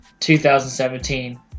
2017